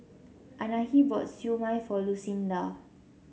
Anahi bought Siew Mai for Lucinda